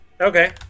Okay